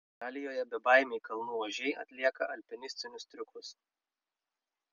italijoje bebaimiai kalnų ožiai atlieka alpinistinius triukus